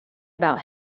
about